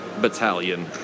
battalion